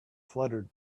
fluttered